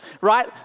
right